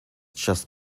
just